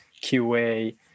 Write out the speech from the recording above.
QA